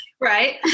Right